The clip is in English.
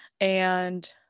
and-